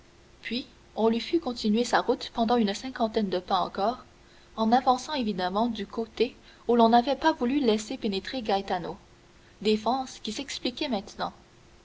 puis on lui fit continuer sa route pendant une cinquantaine de pas encore en avançant évidemment du côté où l'on n'avait pas voulu laisser pénétrer gaetano défense qui s'expliquait maintenant